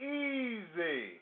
easy